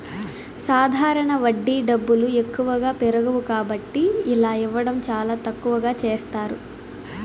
సాధారణ వడ్డీ డబ్బులు ఎక్కువగా పెరగవు కాబట్టి ఇలా ఇవ్వడం చాలా తక్కువగా చేస్తారు